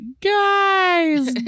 guys